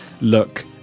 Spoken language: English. look